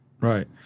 Right